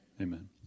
Amen